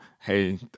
hey